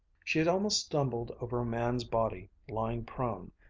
she had almost stumbled over a man's body, lying prone,